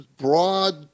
broad